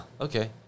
okay